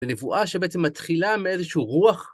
זו נבואה שבעצם מתחילה מאיזשהו רוח.